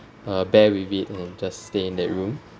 uh bear with it and just stay in that room